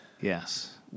yes